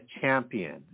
champion